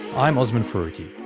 i'm osman faruqi